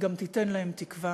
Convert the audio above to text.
גם תיתן להם תקווה?